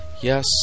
Yes